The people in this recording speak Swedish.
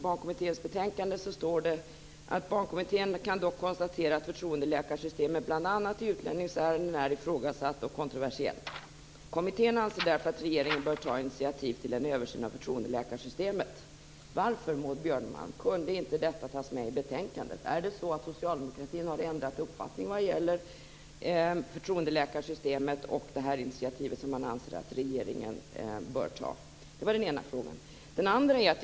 Barnkommitténs betänkande står det: Barnkommittén kan konstatera att förtroendeläkarsystemet bl.a. i utlänningsärenden är ifrågasatt och kontroversiellt. Kommittén anser därför att regeringen bör ta initiativ till en översyn av förtroendeläkarsystemet. Varför, Maud Björnemalm, kunde inte detta tas med i betänkandet? Har socialdemokratin ändrat uppfattning vad gäller förtroendeläkarsystemet och det initiativ som man anser att regeringen bör ta? Det är den ena frågan. Så till den andra frågan.